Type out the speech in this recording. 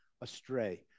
astray